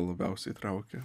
labiausiai traukia